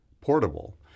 portable